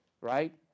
right